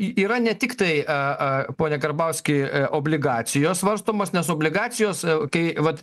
yra ne tiktai a a pone karbauski obligacijos svarstomas nes obligacijos kai vat